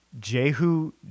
Jehu